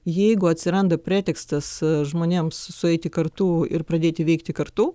jeigu atsiranda pretekstas žmonėms sueiti kartu ir pradėti veikti kartu